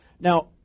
Now